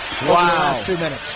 Wow